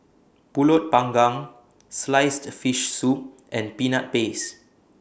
Pulut Panggang Sliced Fish Soup and Peanut Paste